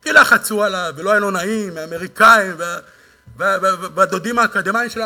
כי לחצו עליו ולא היה לו נעים מהאמריקנים והדודים האקדמאים שלו,